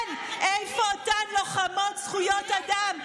כן, איפה אותן לוחמות זכויות אדם?